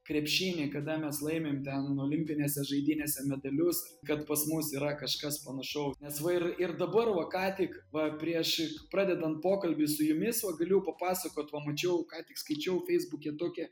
krepšiny kada mes laimim ten olimpinėse žaidynėse medalius kad pas mus yra kažkas panašaus nes va ir ir dabar va ką tik va prieš pradedant pokalbį su jumis va galiu papasakot va mačiau ką tik skaičiau feisbuke tokią